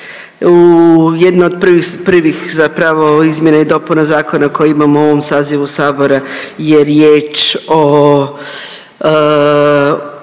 Jedno od prvih zapravo izmjena i dopuna zakona koji imamo u ovom sazivu Sabora je riječ o